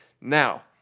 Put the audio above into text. Now